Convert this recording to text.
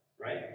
right